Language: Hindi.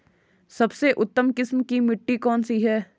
सबसे उत्तम किस्म की मिट्टी कौन सी है?